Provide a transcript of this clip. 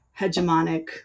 hegemonic